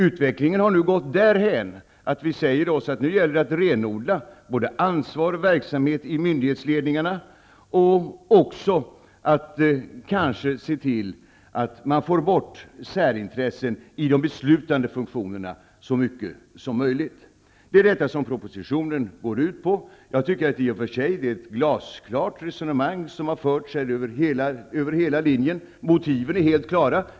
Utvecklingen har gått därhän att vi säger oss att det nu gäller att renodla både ansvar och verksamhet i myndighetsledningarna och att kanske se till att man får bort särintressena i de beslutande funktionerna så långt möjligt. Det är detta som propositionen går ut på. Jag tycker att det har förts ett glasklart resonemang över hela linjen. Motiven är helt klara.